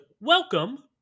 welcome